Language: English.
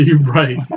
Right